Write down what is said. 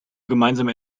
gemeinsame